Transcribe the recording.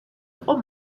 იყო